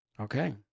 Okay